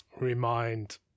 remind